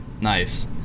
Nice